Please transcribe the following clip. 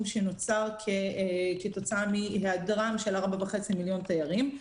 שנוצר כתוצאה מהיעדרם של 4.5 מיליון תיירים,